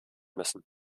müssen